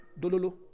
Dololo